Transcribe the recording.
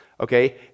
Okay